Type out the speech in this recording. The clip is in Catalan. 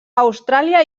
austràlia